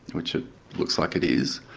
which it looks like it is,